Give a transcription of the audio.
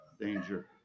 danger